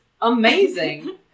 Amazing